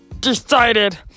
decided